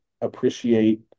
appreciate